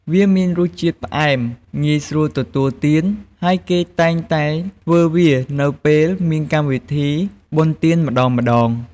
វាមានរសជាតិផ្អែម ងាយស្រួលទទួលទាន ហើយគេតែងតែធ្វើវានៅពេលមានកម្មវិធីបុណ្យទានម្តងៗ។